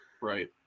right